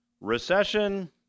recession